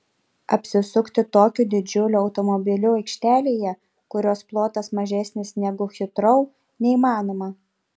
apsisukti tokiu didžiuliu automobiliu aikštelėje kurios plotas mažesnis negu hitrou neįmanoma